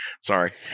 Sorry